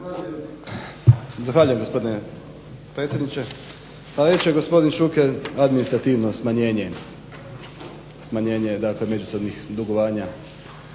Hvala vam.